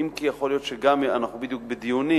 אם כי יכול להיות, אנחנו בדיוק בדיונים,